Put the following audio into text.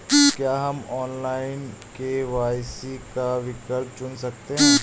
क्या हम online KYC का विकल्प चुन सकते हैं?